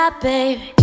Baby